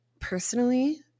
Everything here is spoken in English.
personally